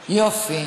יופי.